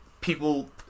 people